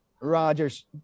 rogers